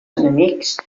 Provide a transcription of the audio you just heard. enemics